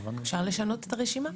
אפשר לשנות את הרשימה.